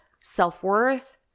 self-worth